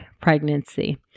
pregnancy